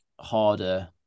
harder